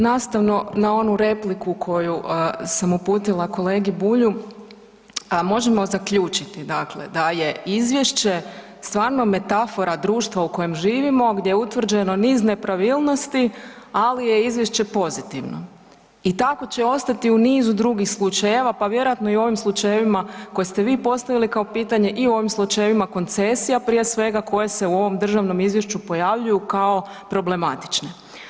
Nastavno na onu repliku koju sam uputila kolegi Bulju, a možemo zaključiti da je izvješće stvarno metafora društva u kojem živimo gdje je utvrđeno niz nepravilnosti, ali je izvješće pozitivno i tako će ostati i u nizu drugih slučajeva pa vjerojatno i u ovim slučajevima koje ste vi postavili kao pitanje i u ovim slučajevima koncesija prije svega koje se u ovom državnom izvješću pojavljuju kao problematične.